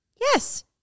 Yes